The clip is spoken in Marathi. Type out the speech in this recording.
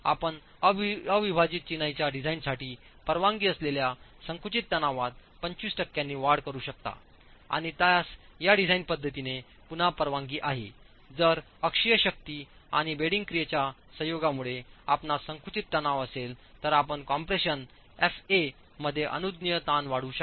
आपण अविभाजित चिनाईच्या डिझाइनसाठी परवानगी असलेल्या संकुचित तणावात 25 टक्क्यांनी वाढ करू शकता आणि त्यास या डिझाइन पद्धतीने पुन्हा परवानगी आहे जर अक्षीय शक्ती आणि बेडिंग क्रियेच्या संयोगामुळे आपणास संकुचित तणाव असेल तर आपण कम्प्रेशनएफए मध्ये अनुज्ञेय ताण वाढवू शकता1